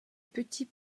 petit